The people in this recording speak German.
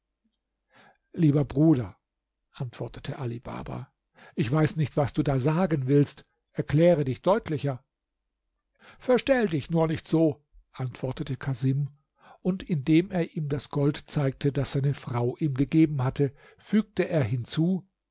lieber bruder antwortete ali baba ich weiß nicht was du da sagen willst erkläre dich deutlicher verstell dich nur nicht so antwortete casim und indem er ihm das gold zeigte das seine frau ihm gegeben hatte fügte er hinzu